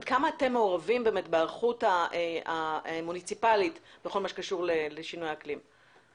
עד כמה אתם מעורבים בהיערכות המוניציפאלית בכל מה שקשור לשינויי האקלים?